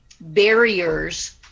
barriers